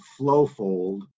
Flowfold